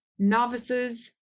novices